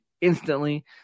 instantly